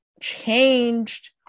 changed